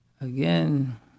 Again